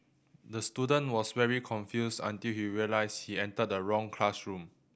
the student was very confused until he realised he entered the wrong classroom